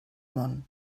món